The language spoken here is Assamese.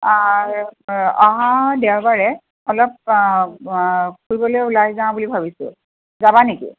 অঁ অহা দেওবাৰে অলপ ফুৰিবলৈ ওলাই যাওঁ বুলি ভাবিছোঁ যাবা নেকি